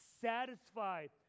satisfied